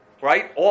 right